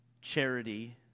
Charity